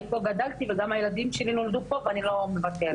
אני פה גדלתי וגם הילדים שלי נולדו פה ואני לא מוותרת,